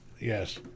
Yes